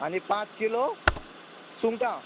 आनी पांच किलो सुंंगटां